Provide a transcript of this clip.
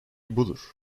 budur